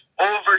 over